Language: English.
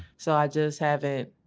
so i just haven't,